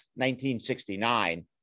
1969